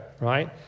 right